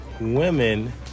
women